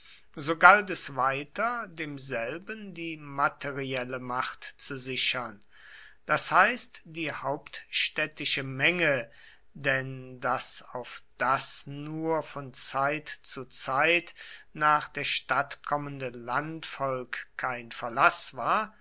so galt es weiter demselben die materielle macht zu sichern das heißt die hauptstädtische menge denn daß auf das nur von zeit zu zeit nach der stadt kommende landvolk kein verlaß war